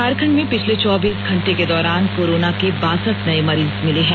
झारखंड में पिछले चौबीस घंटे के दौरान कोरोना के बारसठ नए मरीज मिले हैं